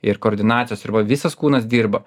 ir koordinacijos ir va visas kūnas dirba